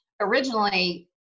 originally